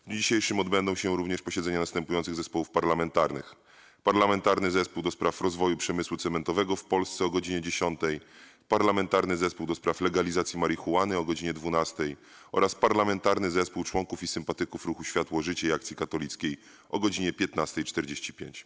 W dniu dzisiejszym odbędą się również posiedzenia następujących zespołów parlamentarnych: - Parlamentarnego Zespołu ds. Rozwoju Przemysłu Cementowego w Polsce - godz. 10, - Parlamentarnego Zespołu ds. Legalizacji Marihuany - godz. 12, - Parlamentarnego Zespołu Członków i Sympatyków Ruchu Światło-Życie i Akcji Katolickiej - godz. 15.45.